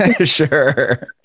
Sure